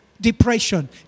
Depression